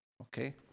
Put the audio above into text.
Okay